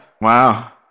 Wow